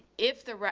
if the,